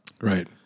Right